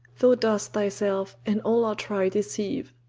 thou dost thyself and all our troy deceive.